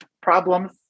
problems